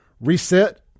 reset